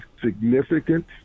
significant